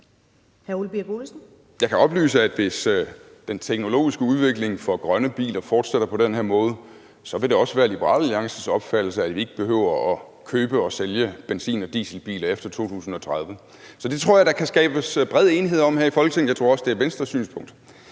Jeg kan oplyse, at hvis den teknologiske udvikling for grønne biler fortsætter på den her måde, vil det også være Liberal Alliances opfattelse, at vi ikke behøver at købe og sælge benzin- og dieselbiler efter 2030. Så det tror jeg der kan skabes bred enighed om her i Folketinget, og jeg tror også, det er Venstres synspunkt.